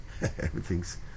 Everything's